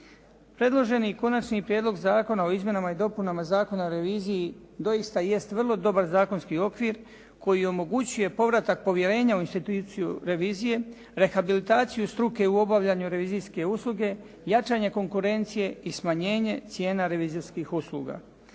Predloženi konačni prijedlog zakona o izmjenama i dopunama Zakona o reviziji doista jest vrlo dobar zakonski okvir koji omogućuje povratak povjerenja u instituciju revizije, rehabilitaciju struke u obavljanju revizijske usluge, jačanje konkurencije i smanjenje cijena revizorskih usluga.